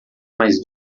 mais